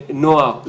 לנוער,